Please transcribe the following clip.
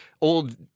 old